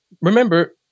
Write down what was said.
remember